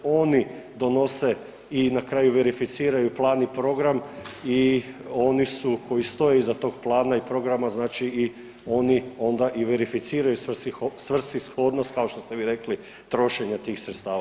Oni donose i na kraju i verificiraju plan i program i oni su koji stoje iza tog plana i programa, znači i oni onda i verificiraju svrsishodnost, kao što ste vi rekli, trošenja tih sredstava.